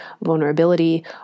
vulnerability